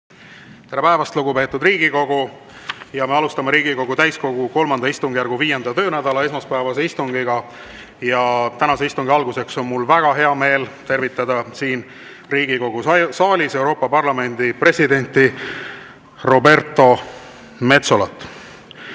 Tere päevast, lugupeetud Riigikogu! Alustame Riigikogu täiskogu III istungjärgu 5. töönädala esmaspäevast istungit. Tänase istungi alguses on mul väga hea meel tervitada siin Riigikogu saalis Euroopa Parlamendi presidenti Roberta Metsolat.